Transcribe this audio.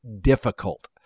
difficult